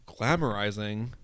glamorizing